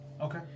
Okay